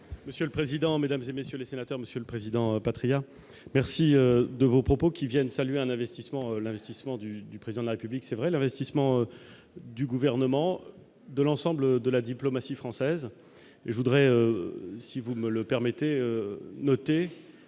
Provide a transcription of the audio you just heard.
Monsieur le président, Mesdames et messieurs les sénateurs, Monsieur le Président, Patriat merci de vos propos qui viennent saluer un investissement l'investissement du du président de la République, c'est vrai, l'avait 6 membres du gouvernement de l'ensemble de la diplomatie française, mais je voudrais si vous me le permettez, notez